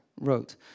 wrote